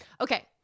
Okay